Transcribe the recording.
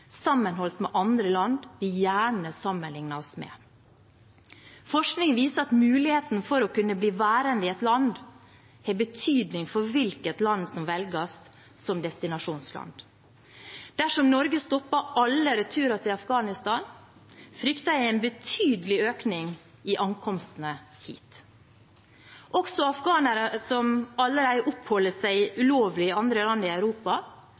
sammenholdt med andre land vi gjerne sammenligner oss med. Forskning viser at mulighetene for å kunne bli værende i et land har betydning for hvilket land som velges som destinasjonsland. Dersom Norge stopper alle returer til Afghanistan, frykter jeg en betydelig økning i ankomstene hit. Også afghanere som allerede oppholder seg ulovlig i andre land i Europa,